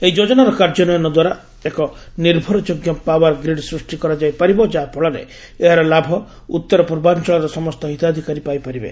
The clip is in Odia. ଏହି ଯୋଜନାର କାର୍ଯ୍ୟାନ୍ୱୟନ ଦ୍ୱାରା ଏକ ନିର୍ଭରଯୋଗ୍ୟ ପାୱାର୍ ଗୀଡ୍ ସୃଷ୍ଟି କରାଯାଇପାରିବ ଯାହା ଫଳରେ ଏହାର ଲାଭ ଉତ୍ତର ପୂର୍ବାଞ୍ଚଳର ସମସ୍ତ ହିତାଧିକାରୀ ପାଇ ପାରିବେ